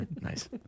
Nice